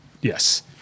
Yes